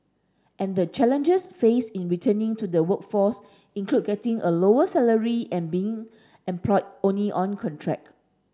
and the challenges faced in returning to the workforce include getting a lower salary and being employed only on contract